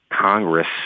Congress